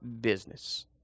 business